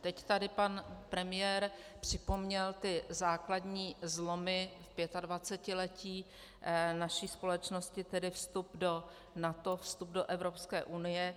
Teď tady pan premiér připomněl ty základní zlomy v pětadvacetiletí naší společnosti, tedy vstup do NATO, vstup do Evropské unie.